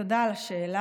תודה על השאלה.